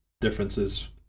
differences